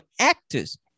actors